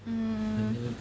mm